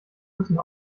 müssen